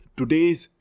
today's